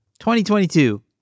2022